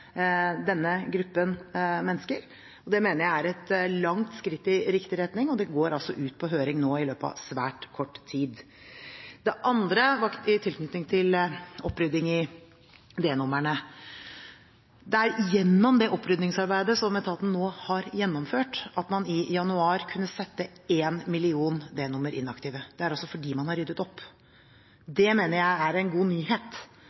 denne gruppen mennesker, og det mener jeg er et langt skritt i riktig retning, og det går altså ut på høring i løpet av svært kort tid. Det andre i tilknytning til oppryddingen i D-numrene: Det er gjennom det oppryddingsarbeidet som etaten nå har gjennomført, at man i januar kunne sette 1 million D-nummer inaktive – det er fordi man har ryddet opp. Det mener jeg er en god nyhet.